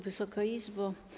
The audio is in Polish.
Wysoka Izbo!